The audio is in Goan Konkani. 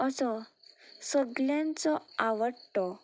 असो सगल्यांचो आवडटो